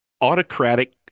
autocratic